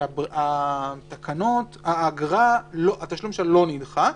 תשלום האגרה לא נדחה,